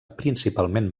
principalment